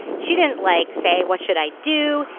she didn't like say what should i do.